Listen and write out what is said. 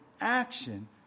action